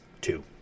two